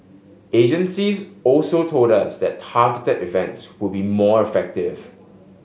agencies also told us that targeted events would be more effective